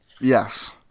Yes